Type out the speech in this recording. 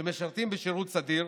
שמשרתים בשירות סדיר